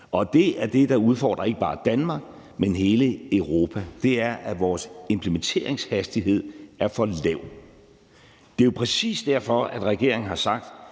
Det er det, der udfordrer ikke bare Danmark, men hele Europa, altså at vores implementeringshastighed er for lav. Det er præcis derfor, at regeringen har sagt,